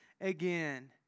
again